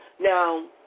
Now